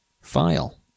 file